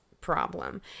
problem